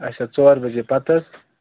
اچھا ژور بَجے پَتہٕ